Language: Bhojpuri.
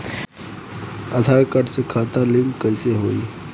आधार कार्ड से खाता लिंक कईसे होई?